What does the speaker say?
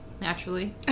naturally